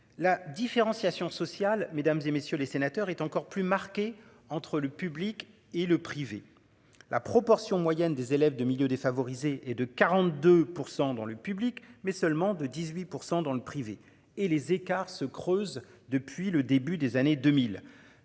La différenciation sociale mesdames et messieurs les sénateurs, est encore plus marquée entre le public et le privé. La proportion moyenne des élèves de milieux défavorisés et de 42% dans le public mais seulement de 18% dans le privé et les écarts se creusent depuis le début des années 2000